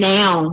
now